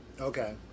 Okay